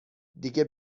دیگه